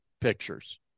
pictures